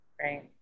Right